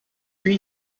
pre